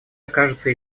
окажется